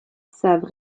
savent